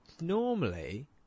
normally